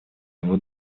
его